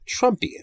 Trumpian